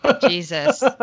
Jesus